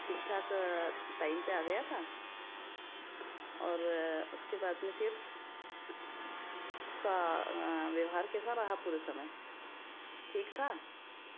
ठीक ठाक टाइम पर आ गया था और उसके बाद में फिर उसका व्यवहार कैसा रहा पूरे समय ठीक था